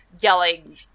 yelling